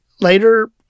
later